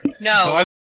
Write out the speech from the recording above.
no